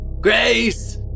Grace